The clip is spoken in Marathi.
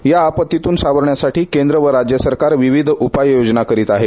या आपत्तीतून सावरण्यासाठी केंद्र व राज्य सरकार विविध उपाययोजना करत आहे